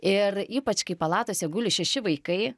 ir ypač kai palatose guli šeši vaikai